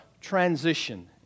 transition